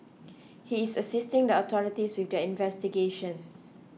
he is assisting the authorities with their investigations